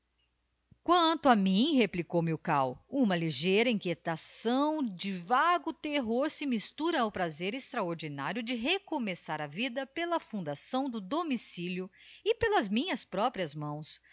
quanto a mim replicou milkau uma ligeira inquietação de vago terror se mistura ao prazer extraordinário de recomeçar a vida pela fundação do domicilio e pelas minhas próprias mãos